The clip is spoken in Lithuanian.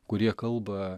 kurie kalba